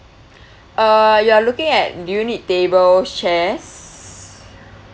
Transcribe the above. uh you are looking at do you need tables chairs